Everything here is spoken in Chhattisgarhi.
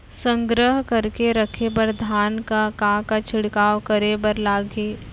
संग्रह करके रखे बर धान मा का का छिड़काव करे बर लागही?